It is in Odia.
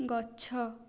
ଗଛ